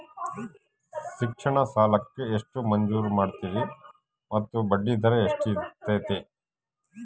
ಶಿಕ್ಷಣ ಸಾಲಕ್ಕೆ ಎಷ್ಟು ಮಂಜೂರು ಮಾಡ್ತೇರಿ ಮತ್ತು ಬಡ್ಡಿದರ ಎಷ್ಟಿರ್ತೈತೆ?